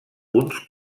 uns